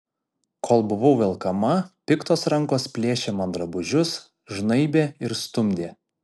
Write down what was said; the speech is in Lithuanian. kol buvau velkama piktos rankos plėšė man drabužius žnaibė ir stumdė